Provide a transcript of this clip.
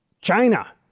China